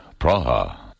Praha